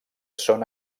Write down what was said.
són